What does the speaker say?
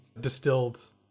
distilled